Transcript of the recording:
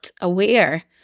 aware